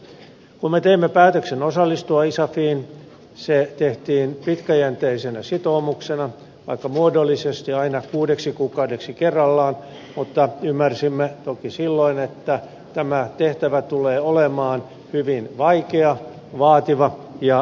kun me teimme päätöksen osallistua isafiin se tehtiin pitkäjänteisenä sitoumuksena vaikka muodollisesti aina kuudeksi kuukaudeksi kerrallaan mutta ymmärsimme toki silloin että tämä tehtävä tulee olemaan hyvin vaikea vaativa ja pitkäaikainen